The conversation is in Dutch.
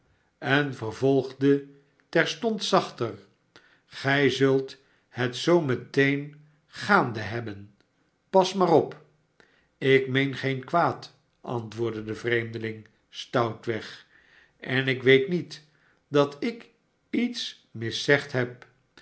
en vervolgde terstond zachter gij zult het zoo meteen gaande hebben pas maar op ik meen geen kwaad antwoordde de vreemdeling stoutweg en ik weet niet dat ik iets miszegd heb